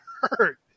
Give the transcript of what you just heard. hurt